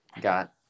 got